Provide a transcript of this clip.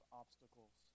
obstacles